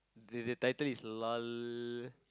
the the title is lol